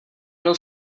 mnou